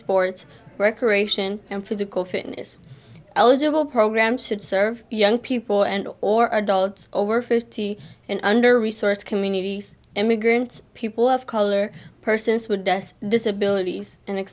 sports recreation and physical fitness eligible programs should serve young people and or adults over fifty and under resourced community immigrant people of color persons would thus disabilities and